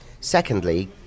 Secondly